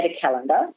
calendar